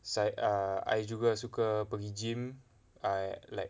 err I juga suka pergi gym I like